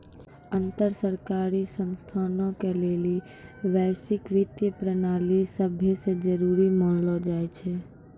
अन्तर सरकारी संस्थानो के लेली वैश्विक वित्तीय प्रणाली सभै से जरुरी मानलो जाय छै